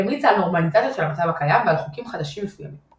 המליצה על נורמליזציה של המצב הקיים ועל חוקים חדשים מסוימים.